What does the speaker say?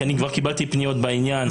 כבר קיבלתי פניות בעניין,